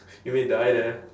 you may die there